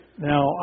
Now